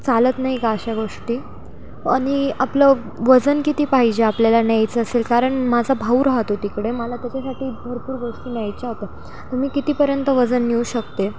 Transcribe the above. चालत नाही का अशा गोष्टी आणि आपलं वजन किती पाहिजे आपल्याला न्यायचं असेल कारण माझा भाऊ राहतो तिकडे मला त्याच्यासाठी भरपूर गोष्टी न्यायच्या होत्या तुम्ही कितीपर्यंत वजन नेऊ शकते